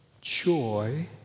joy